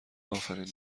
آفرین